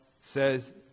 says